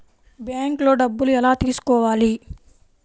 బ్యాంక్లో డబ్బులు ఎలా తీసుకోవాలి?